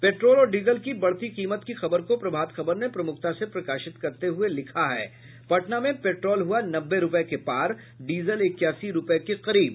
petrol और diesel की बढ़ती कीमत की खबर को प्रभात खबर ने प्रमुखता से प्रकाशित करते हुये लिखा है पटना में पेट्रोल हुआ नब्बे रूपये के पार डीजल इक्यासी रूपये के करीब